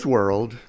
World